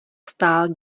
stál